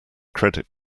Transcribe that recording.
credit